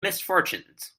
misfortunes